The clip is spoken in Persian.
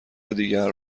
دیگر